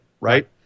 Right